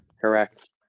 Correct